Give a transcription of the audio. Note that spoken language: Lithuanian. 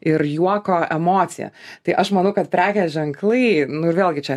ir juoko emocija tai aš manau kad prekės ženklai nu ir vėlgi čia